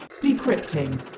Decrypting